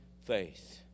faith